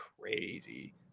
crazy